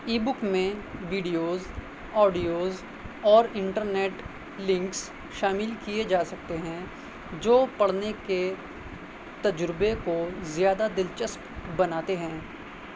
ای بک میں videos audios اور internet links شامل کیے جا سکتے ہیں جو پڑھنے کے تجربے کو زیادہ دلچسپ بناتے ہیں